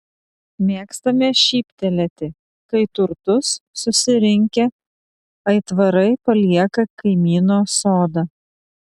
mėgstame šyptelėti kai turtus susirinkę aitvarai palieka kaimyno sodą